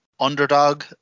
underdog